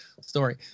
story